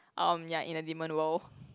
um ya in a demon world